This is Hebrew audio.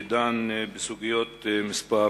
שדן בסוגיות מספר,